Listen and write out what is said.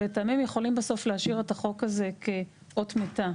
שלטעמי הם יכולים בסוף להשאיר את החוק הזה כאות מתה.